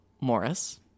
Morris